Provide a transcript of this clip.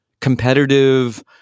competitive